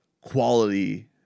quality